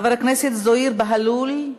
חבר הכנסת זוהיר בהלול,